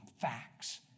facts